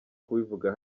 kubivuga